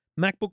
MacBook